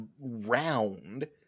round